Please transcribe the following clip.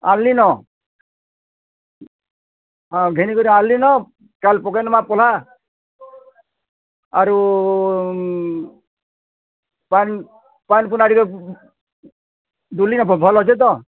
ଆନ୍ଲିନ ହଁ ଘେନି କରି ଆନ୍ଲିନ କାଲ୍ ପକେଇନମା ପଲ୍ହା ଆରୁ ପାନ୍ ପୁନାକି ଭୁଲି ନାହିଁ ଭଲ୍ ଅଛେ ତ